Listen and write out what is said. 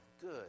good